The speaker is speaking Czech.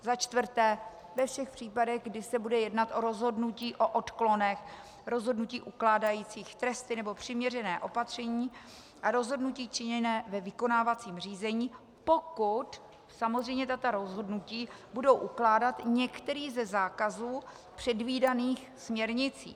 za čtvrté ve všech případech, kdy se bude jednat o rozhodnutí o odklonech, rozhodnutí ukládajících tresty nebo přiměřené opatření a rozhodnutí činěné ve vykonávacím řízení, pokud samozřejmě tato rozhodnutí budou ukládat některý ze zákazů předvídaných směrnicí.